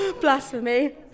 Blasphemy